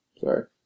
Sorry